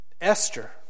Esther